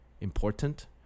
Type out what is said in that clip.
important